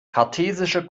kartesische